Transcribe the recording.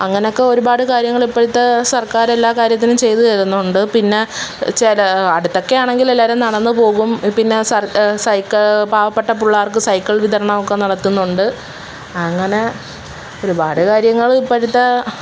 അങ്ങനെയൊക്കെ ഒരുപാട് കാര്യങ്ങള് ഇപ്പോഴത്തെ സര്ക്കാരെല്ലാ കാര്യത്തിനും ചെയ്തു തരുന്നുണ്ട് പിന്നെ ചില അടുത്തൊക്കെയാണെങ്കില് എല്ലാവരും നടന്നു പോകും പിന്നെ പാവപ്പെട്ട പിള്ളേര്ക്ക് സൈക്കിള് വിതരണമൊക്കെ നടത്തുന്നുണ്ട് അങ്ങനെ ഒരുപാട് കാര്യങ്ങള് ഇപ്പോഴത്തെ